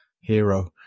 hero